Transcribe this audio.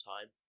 time